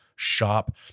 shop